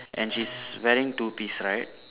and she's wearing two piece right